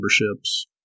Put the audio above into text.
memberships